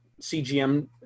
CGM